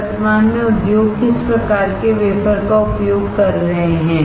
वर्तमान में उद्योग किस आकार के वेफर् का उपयोग कर रहेहै